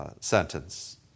sentence